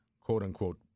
quote-unquote